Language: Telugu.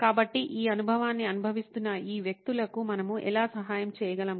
కాబట్టి ఈ అనుభవాన్ని అనుభవిస్తున్న ఈ వ్యక్తులకు మనము ఎలా సహాయం చేయగలం